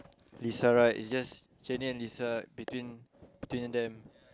Lisa right is just Jennie and Lisa between between them